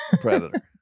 predator